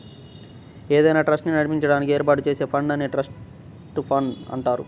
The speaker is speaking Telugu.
ఏదైనా ట్రస్ట్ ని నడిపించడానికి ఏర్పాటు చేసే ఫండ్ నే ట్రస్ట్ ఫండ్ అంటారు